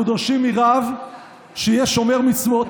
אנחנו דורשים מרב שיהיה שומר מצוות,